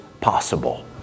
possible